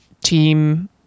team